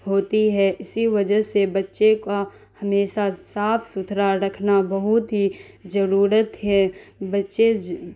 ہوتی ہے اسی وجہ سے بچے کا ہمیشہ صاف ستھرا رکھنا بہت ہی ضرورت ہے بچے